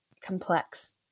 complex